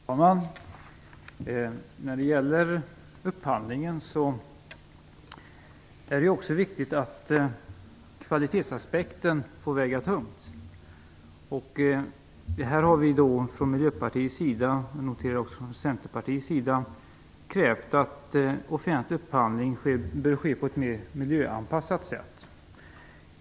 Fru talman! När det gäller upphandlingen är det viktigt att även kvalitetsaspekten får väga tungt. Vi i Miljöpartiet har krävt att offentlig upphandling sker på ett mer miljöanpassat sätt, och jag noterar att även Centerpartiet har krävt detta.